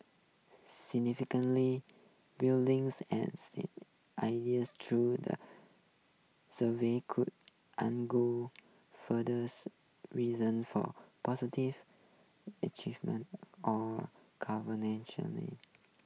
buildings and ideas true the survey could reason for positive or